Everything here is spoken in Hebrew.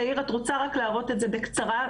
תאיר רק תראה את זה בקצרה,